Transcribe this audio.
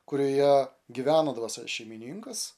kurioje gyvena dvasia šeimininkas